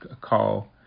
call